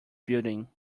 building